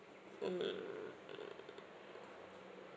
mm